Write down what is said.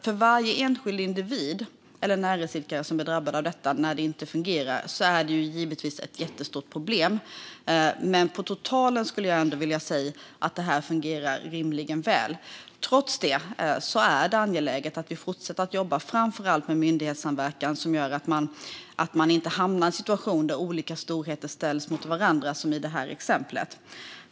För varje enskild näringsidkare som drabbas när det inte fungerar är det givetvis ett jättestort problem, men på totalen skulle jag ändå vilja säga att det fungerar rimligt väl. Trots detta är det angeläget att vi fortsätter att jobba med framför allt myndighetssamverkan, som gör att man inte hamnar i en situation där olika storheter ställs mot varandra, som i det här exemplet.